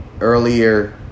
earlier